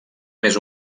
més